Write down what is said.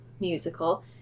musical